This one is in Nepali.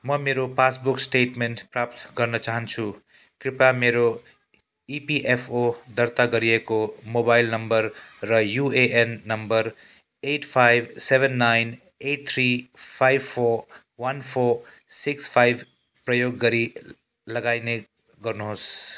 म मेरो पासबुक स्टेटमेन्ट प्राप्त गर्न चाहन्छु कृपा मेरो इपिएफओ दर्ता गरिएको मोबाइल नम्बर र UAN number eight five seven nine eight three five four one four six five प्रयोग गरी लगइन गर्नुहोस्